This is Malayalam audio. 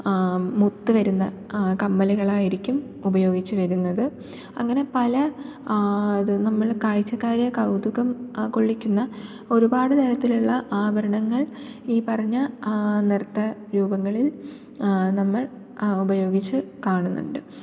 മുത്തുവരുന്ന കമ്മലുകളായിരിക്കും ഉപയോഗിച്ചുവരുന്നത് അങ്ങനെ പല അത് നമ്മള് കാഴ്ചക്കാരെ കൗതുകം കൊള്ളിക്കുന്ന ഒരുപാട് തരത്തിലുള്ള ആഭരണങ്ങൾ ഈ പറഞ്ഞ നൃത്ത രൂപങ്ങളിൽ നമ്മൾ ഉപയോഗിച്ച് കാണുന്നുണ്ട്